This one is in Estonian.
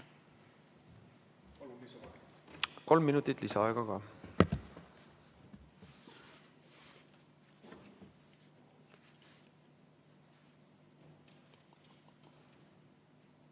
Kolm minutit lisaaega ka.